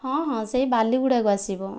ହଁ ହଁ ସେହି ବାଲିଗୁଡ଼ାକୁ ଆସିବ